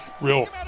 Real